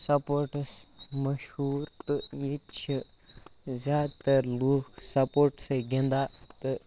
sports مشہوٗر تہٕ ییٚتہِ چھِ زیادٕ تَر لوٗکھ سپوٹسٕے گِنٛدان تہٕ